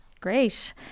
Great